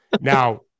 Now